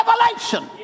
revelation